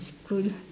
from school